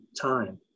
time